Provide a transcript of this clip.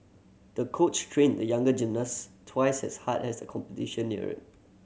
the coach trained the young gymnast twice as hard as the competition neared